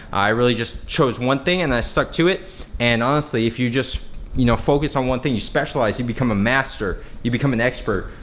i really just chose one thing and i stuck to it and honestly if you just you know focus on one thing, you specialize, you become a master, you become an expert,